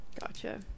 Gotcha